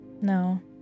No